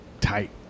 tight